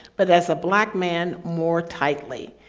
but as a black man more tightly.